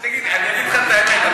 אני אגיד לך את האמת.